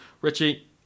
Richie